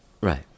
right